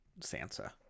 Sansa